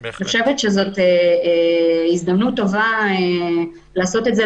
אני חושבת שזאת הזדמנות טובה לעשות את זה.